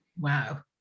Wow